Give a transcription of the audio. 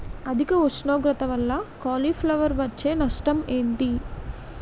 అధిక ఉష్ణోగ్రత వల్ల కాలీఫ్లవర్ వచ్చే నష్టం ఏంటి?